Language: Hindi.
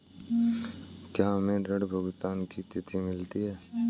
क्या हमें ऋण भुगतान की तिथि मिलती है?